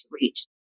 reach